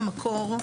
במקור,